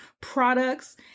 products